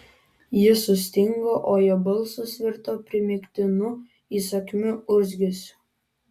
ji sustingo o jo balsas virto primygtinu įsakmiu urzgesiu